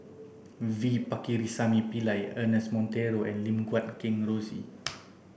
V Pakirisamy Pillai Ernest Monteiro and Lim Guat Kheng Rosie